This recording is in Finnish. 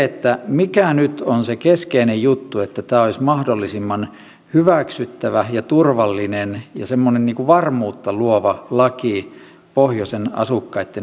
eli mikä nyt on se keskeinen juttu että tämä olisi mahdollisimman hyväksyttävä turvallinen ja semmoinen varmuutta luova laki pohjoisen asukkaitten mielissä